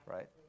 Right